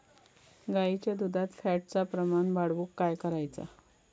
गाईच्या दुधात फॅटचा प्रमाण वाढवुक काय करायचा?